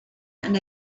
and